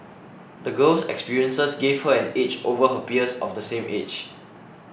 the girl's experiences gave her an edge over her peers of the same age